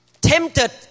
tempted